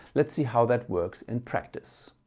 let's see how that works in practice.